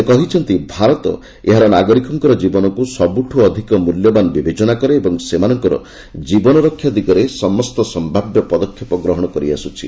ସେ କହିଛନ୍ତି ଭାରତ ଏହାର ନାଗରିକଙ୍କର ଜୀବନକୁ ସବୁଠୁ ଅଧିକ ମୂଲ୍ୟବାନ ବିବେଚନା କରେ ଓ ସେମାନଙ୍କର ଜୀବନରକ୍ଷା ଦିଗରେ ସମସ୍ତ ସମ୍ଭାବ୍ୟ ପଦକ୍ଷେପ ଗ୍ରହଣ କରିଆସୁଛି